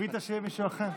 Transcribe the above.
קיווית שיהיה מישהו אחר?